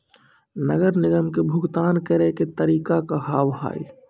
नगर निगम के भुगतान करे के तरीका का हाव हाई?